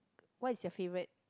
what is your favorite